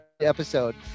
episode